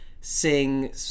sing